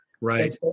Right